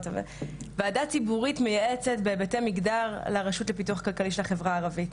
ועדה ציבורית מייעצת בהיבטי מגדר לרשות לפיתוח כלכלי של החברה הערבית.